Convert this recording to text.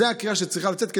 זאת הקריאה שצריכה לצאת,